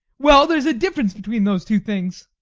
well, there's a difference between those two things.